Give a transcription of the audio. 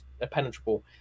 impenetrable